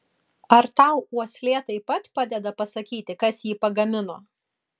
ar tau uoslė taip pat padeda pasakyti kas jį pagamino